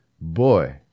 boy